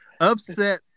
Upset